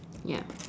ya